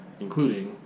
including